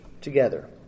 together